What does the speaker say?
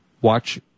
watch